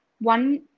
one